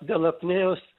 dėl apnėjos